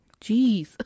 Jeez